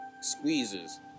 squeezes